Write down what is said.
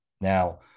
now